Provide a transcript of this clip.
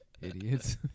Idiots